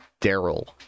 Daryl